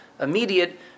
immediate